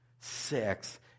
Six